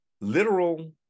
literal